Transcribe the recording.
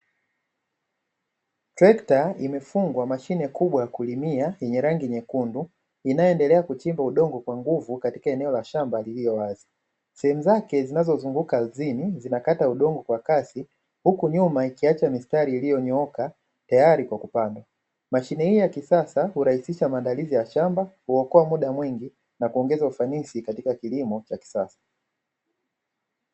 Trekta imefungwa mashine kubwa ya kulimia yenye rangi nyekundu inayoendelea kuchimba udongo kwa nguvu katika eneo la shamba lililo wazi, sehemu zake zinazozunguka ardhini, zinakata udongo kwa kasi huku nyuma ikiacha mistari iliyonyooka tayari kwa kupanda mashine hii ya kisasa kurahisisha maandalizi ya shamba kuokoa muda mwingi na kuongeza ufanisi katika kilimo cha kisasa.